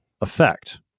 effect